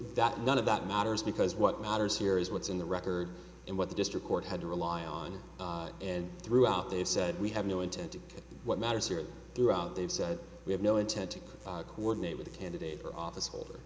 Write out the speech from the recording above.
that none of that matters because what matters here is what's in the record and what the district court had to rely on and threw out they said we have no intent to what matters here throughout they've said we have no intent to coordinate with candidate for office